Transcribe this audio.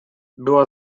była